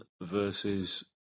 versus